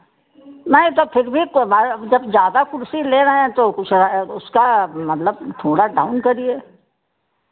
नहीं तब फिर भी भाई जब ज़्यादा कुर्सी ले रहे हैं तो कुछ उसका मतलब थोड़ा डाउन करिए